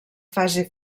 fase